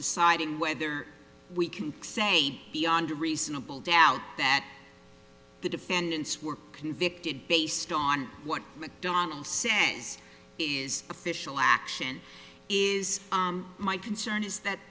deciding whether we can say beyond a reasonable doubt that the defendants were convicted based on what mcdonnell said this is official action is my concern is that